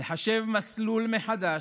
לחשב מסלול מחדש,